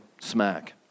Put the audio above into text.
smack